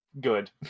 good